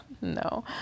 no